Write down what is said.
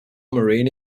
marine